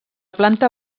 planta